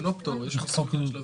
זה לא פה, זה בעידוד השקעות הון.